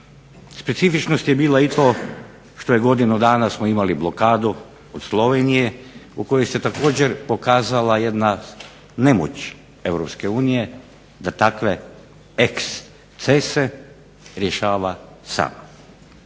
specifičnost je bila i to što je godinu dana smo imali blokadu od Slovenije u kojoj se također pokazala jedna nemoć EU da takve ekscese rješava sama.